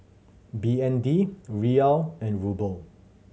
B N D Riyal and Ruble